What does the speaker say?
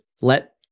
let